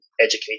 educate